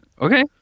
Okay